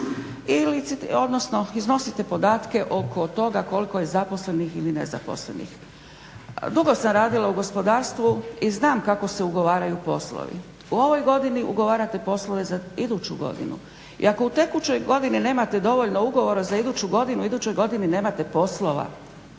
iznosite podatke oko toga koliko je zaposlenih ili nezaposlenih. Dugo sam radila u gospodarstvu i znam kako se ugovaraju poslovi. U ovoj godini ugovarate poslove za iduću godinu i ako u tekućoj godini nemate dovoljno ugovora za iduću godinu u idućoj godini nemate poslova.